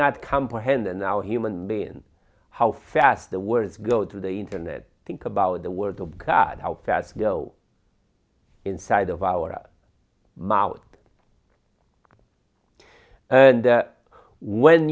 not comprehend and now human beings how fast the words go to the internet think about the word of god how fast go inside of our mouth and when